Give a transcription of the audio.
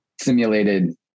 Simulated